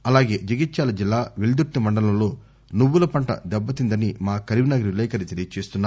అలాగే జగిత్యాల జిల్లా పెల్దుర్తి మండలంలో నువ్వుల పంట దెబ్బతిందని మా కరీంనగర్ విలేఖరి తెలియజేస్తున్నారు